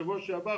בשבוע שעבר,